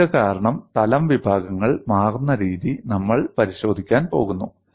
കത്രിക കാരണം തലം വിഭാഗങ്ങൾ മാറുന്ന രീതി നമ്മൾ പരിശോധിക്കാൻ പോകുന്നു